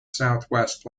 southwest